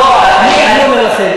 אז איך אפשר להשיג תקציב?